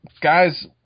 guys